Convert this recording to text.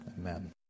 Amen